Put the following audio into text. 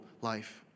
life